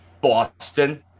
Boston